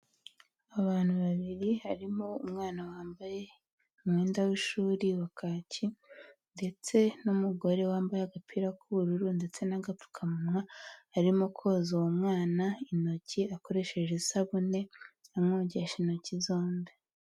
Abantu babiri harimo umwana wambaye umwenda w'ishuri wa kacyi ndetse n'umugore wambaye agapira k'ubururu ndetse n'agapfukamunwa arimo koza uwo mwana intoki akoresheje isabune amwogesha intoki zombi.